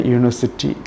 University